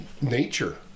nature